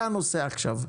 זה הנושא עכשיו.